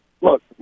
look